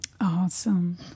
Awesome